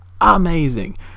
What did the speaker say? amazing